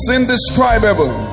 indescribable